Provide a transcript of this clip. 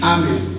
Amen